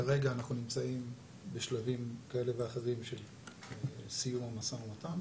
כרגע אנחנו נמצאים בשלבים כאלה ואחרים של סיום המשא ומתן.